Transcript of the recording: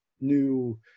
new